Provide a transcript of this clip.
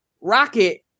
Rocket